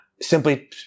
simply